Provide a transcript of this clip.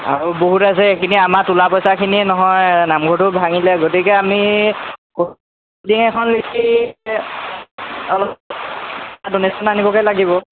আৰু বহুত আছে এইখিনি আমাৰ তোলা পইচাখিনিয়ে নহয় নামঘৰটো ভাঙিলে গতিকে আমি লিষ্ট এখন লিখি অলপ ডনেশ্যন আনিবগৈ লাগিব